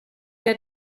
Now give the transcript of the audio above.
der